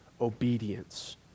obedience